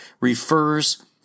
refers